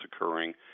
occurring